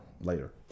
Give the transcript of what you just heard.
later